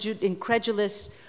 incredulous